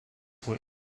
was